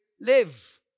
live